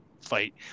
fight